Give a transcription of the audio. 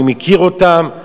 אני מכיר אותם,